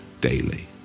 daily